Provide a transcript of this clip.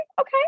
okay